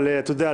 אתה יודע,